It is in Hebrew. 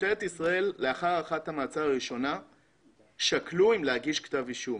משטרת ישראל לאחר הארכת המעצר הראשונה שקלה אם להגיש כתב אישום,